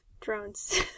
drones